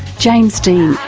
james dean,